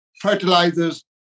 fertilizers